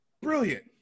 Brilliant